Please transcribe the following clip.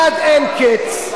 עד אין קץ.